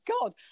God